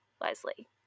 Leslie